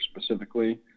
specifically